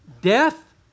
Death